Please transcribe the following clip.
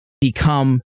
become